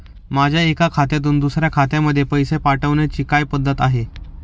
माझ्या एका खात्यातून दुसऱ्या खात्यामध्ये पैसे पाठवण्याची काय पद्धत आहे?